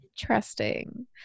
Interesting